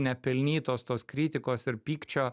nepelnytos tos kritikos ir pykčio